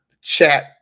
chat